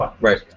Right